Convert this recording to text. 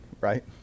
right